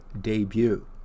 debut